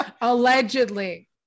allegedly